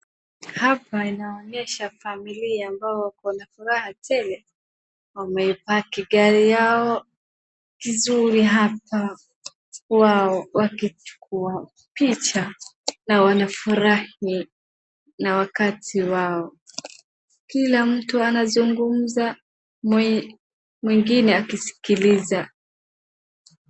Hapa inaonyesha familia ambayo wako na furaha tele wamepaki gari yao vizuri hapa kwao, wakichukua picha na wanafurahi na wakati wao. Kila mtu anazungumza mwingine akisikiliza.